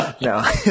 no